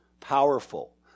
powerful